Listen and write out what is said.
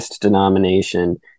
denomination